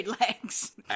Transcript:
legs